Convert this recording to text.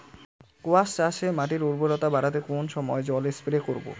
কোয়াস চাষে মাটির উর্বরতা বাড়াতে কোন সময় জল স্প্রে করব?